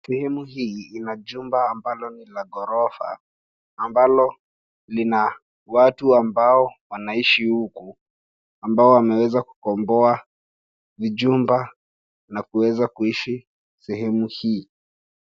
Sehemu hii ina jumba ambalo ni la ghorofa ambalo lina watu ambao wanaishi huku ambao wameweza kukomboa vijumba na kuweza kuishi sehemu hii.